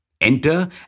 Enter